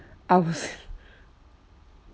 I als~